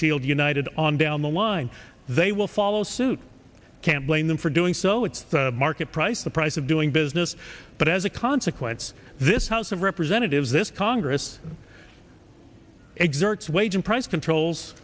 shield united on down the line they will follow suit can't blame them for doing so it's the market price the price of doing business but as a consequence this house of representatives this congress exerts wage and price controls